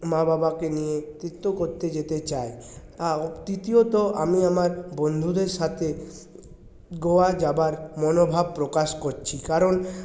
মা বাবাকে নিয়ে তীর্থ করতে যেতে চাই তৃতীয়ত আমি আমার বন্ধুদের সাথে গোয়া যাবার মনোভাব প্রকাশ করছি কারণ